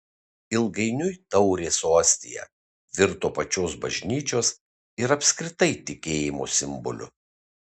ilgainiui taurė su ostija virto pačios bažnyčios ir apskritai tikėjimo simboliu